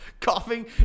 Coughing